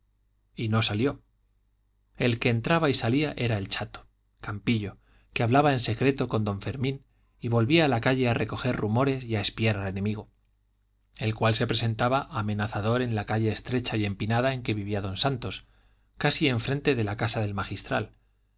y no salió el que entraba y salía era el chato campillo que hablaba en secreto con don fermín y volvía a la calle a recoger rumores y a espiar al enemigo el cual se presentaba amenazador en la calle estrecha y empinada en que vivía don santos casi enfrente de la casa del magistral